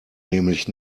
nämlich